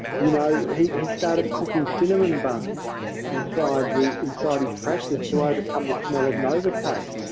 you know, he started cooking cinnamon buns inside the, inside his practice to overcome with smell of novocaine.